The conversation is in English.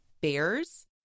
bears